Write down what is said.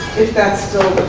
if that's still